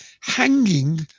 hanging